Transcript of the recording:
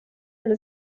allo